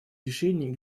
решений